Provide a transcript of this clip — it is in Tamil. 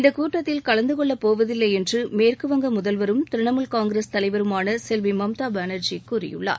இந்தக் கூட்டத்தில் கலந்துகொள்ளப் போவதில்லை என்று மேற்குவங்க முதல்வரும் திரிணாமூல் காங்கிரஸ் தலைவருமான செல்வி மம்தா பானா்ஜி கூறியுள்ளார்